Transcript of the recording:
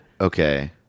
Okay